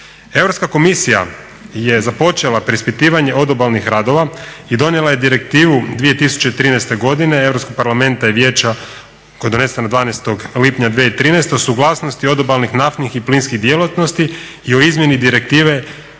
Europska komisija je započela preispitivanje odobalnih radova i donijela je direktivu 2013. godine Europskog parlamenta i vijeća koja je donesena 12. lipnja 2013. suglasnosti odobalnih naftnih i plinskih djelatnosti i o izmjeni direktive